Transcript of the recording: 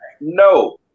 No